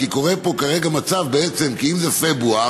כי קורה פה כרגע מצב: אם זה פברואר,